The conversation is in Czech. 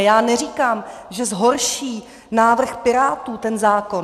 Já neříkám, že zhorší návrh Pirátů ten zákon.